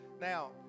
Now